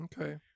Okay